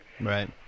Right